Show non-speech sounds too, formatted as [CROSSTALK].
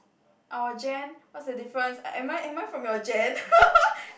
our gen what's the difference am I am I from your gen [LAUGHS]